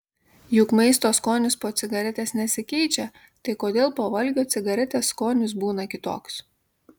juk maisto skonis po cigaretės nesikeičia tai kodėl po valgio cigaretės skonis būna kitoks